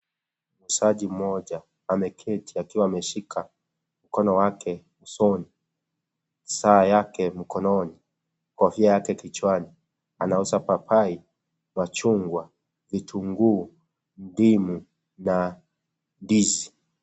Muuzaji mmoja ameketi akiwa ameshika mkono wake usoni saa yake mkononi kofia yake kichwani anauza papai, machungwa, vitunguu, ndimu na ndizi.